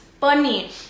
funny